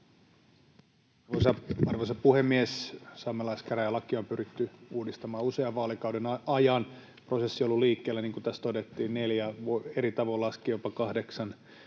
Arvoisa puhemies! Saamelaiskäräjälakia on pyritty uudistamaan usean vaalikauden ajan. Prosessi on ollut liikkeellä, niin kuin tässä todettiin, eri tavoin laskien jopa kahdeksan